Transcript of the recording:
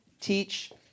teach